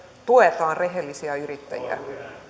tuemme rehellisiä yrittäjiä